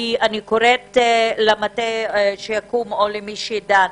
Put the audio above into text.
אני קוראת למטה שיקום או למי שדן,